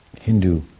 Hindu